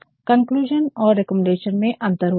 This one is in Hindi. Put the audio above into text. कंक्लुजन और रिकमेंडेशन में अंतर होता है